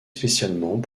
spécialement